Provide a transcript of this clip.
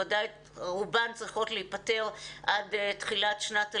רובן צריכות להיפתר עד תחילת שנת הלימודים.